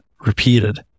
repeated